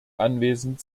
anwesend